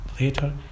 later